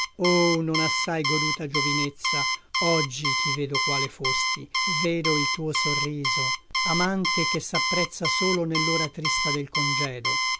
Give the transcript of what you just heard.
o non assai goduta giovinezza oggi ti vedo quale fosti vedo il tuo sorriso amante che sapprezza solo nellora triste del congedo